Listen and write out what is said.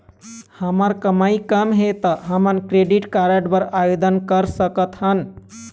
हमर कमाई कम हे ता हमन क्रेडिट कारड बर आवेदन कर सकथन?